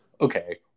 okay